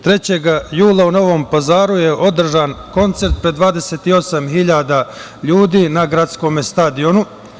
Trećeg jula u Novom Pazaru je održan koncert pred 28.000 ljudi na gradskom stadionu.